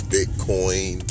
Bitcoin